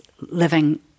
living